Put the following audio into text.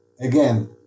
again